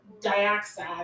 dioxide